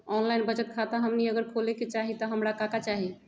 Online बचत खाता हमनी अगर खोले के चाहि त हमरा का का चाहि?